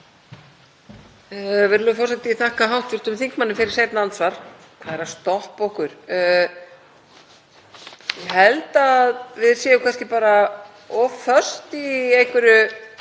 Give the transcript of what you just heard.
Virðulegur forseti. Ég þakka hv. þingmanni fyrir seinna andsvar. Hvað er að stoppa okkur? Ég held að við séum kannski bara of föst í einhverju